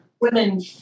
Women